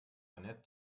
jeanette